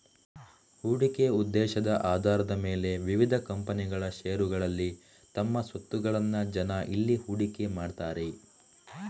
ಹೂಡಿಕೆ ಉದ್ದೇಶದ ಆಧಾರದ ಮೇಲೆ ವಿವಿಧ ಕಂಪನಿಗಳ ಷೇರುಗಳಲ್ಲಿ ತಮ್ಮ ಸ್ವತ್ತುಗಳನ್ನ ಜನ ಇಲ್ಲಿ ಹೂಡಿಕೆ ಮಾಡ್ತಾರೆ